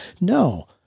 No